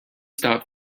stop